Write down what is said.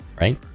right